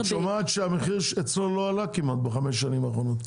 אבל את שומעת שהמחיר אצלו לא עלה כמעט בחמש השנים האחרונות.